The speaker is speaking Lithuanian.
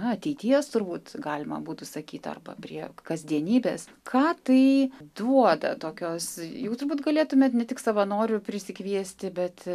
ateities turbūt galima būtų sakyti arba prie kasdienybės ką tai duoda tokios jau turbūt galėtumėt ne tik savanorių prisikviesti bet